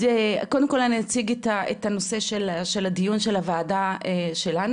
קודם כל אני אציג את הנושא של הדיון של הוועדה שלנו.